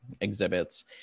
exhibits